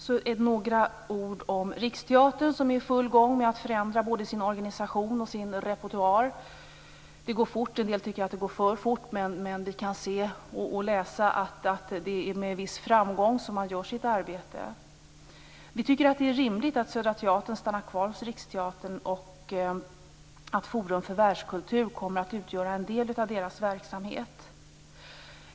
Sedan vill jag säga några ord om Riksteatern, som är i full gång med att förändra både sin organisation och sin repertoar. Det går fort - en del tycker att det går för fort, men vi kan se och läsa att man gör sitt arbete med viss framgång. Vi tycker att det är rimligt att Södra Teatern stannar kvar hos Riksteatern och att Forum för världskultur kommer att utgöra en del av dess verksamhet.